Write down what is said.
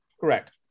Correct